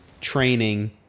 training